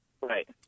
Right